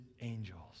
angels